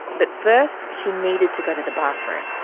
but first, she needed to go to the bathroom.